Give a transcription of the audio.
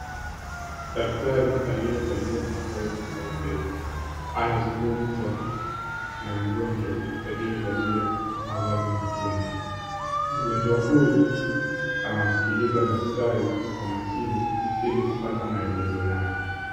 Daktari aliyevalia mavazi meupe anazungumza na mgonjwa aliyevalia mavazi mekundu. Mgonjwa huyu anamsikiliza daktari kwa makini ili kupata maelezo yake.